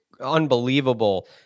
unbelievable